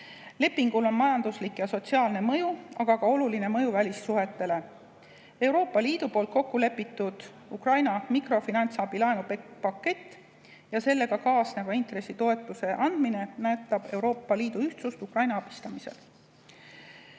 Lepingul on majanduslik ja sotsiaalne mõju, aga ka oluline mõju välissuhetele. Euroopa Liidu poolt kokku lepitud Ukraina makrofinantsabi laenupakett ja sellega kaasneva intressitoetuse andmine näitab Euroopa Liidu ühtsust Ukraina abistamisel.